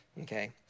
Okay